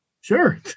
Sure